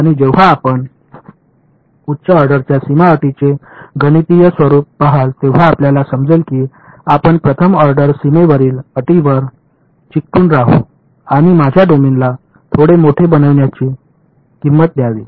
आणि जेव्हा आपण उच्च ऑर्डरच्या सीमा अटींचे गणितीय स्वरुप पहाल तेव्हा आपल्याला समजेल की आपण प्रथम ऑर्डर सीमेवरील अटींवर चिकटून राहू आणि माझ्या डोमेनला थोडे मोठे बनवण्याची किंमत द्यावी